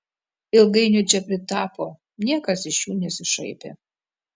ilgainiui čia pritapo niekas iš jų nesišaipė